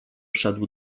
szedł